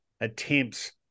attempts